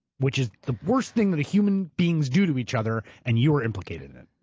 which is the worst thing that human beings do to each other and you're implicated in it.